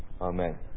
Amen